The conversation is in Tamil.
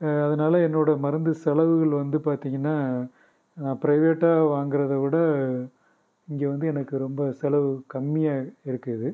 அதனால என்னோடய மருந்து செலவுகள் வந்து பார்த்திங்கன்னா நான் பிரைவேட்டாக வாங்குறதை விட இங்கே வந்து எனக்கு ரொம்ப செலவு கம்மியாக இருக்குது